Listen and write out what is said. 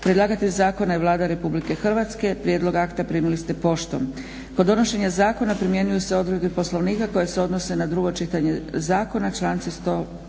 Predlagatelj zakona Vlada RH. Prijedlog akta primili ste poštom. kod donošenja zakona primjenjuju se odredbe Poslovnika koje se odnose na drugo čitanje zakona članci 155.do